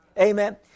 amen